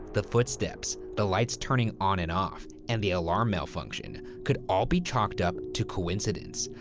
the footsteps, the lights turning on and off, and the alarm malfunction, could all be chalked up to coincidence.